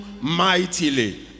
mightily